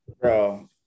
bro